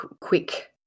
quick